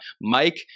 Mike